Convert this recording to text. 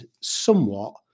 somewhat